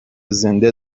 زنده